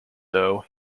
though